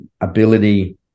ability